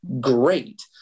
great